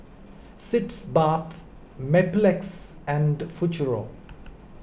Sitz Bath Mepilex and Futuro